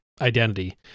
identity